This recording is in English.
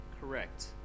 correct